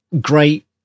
great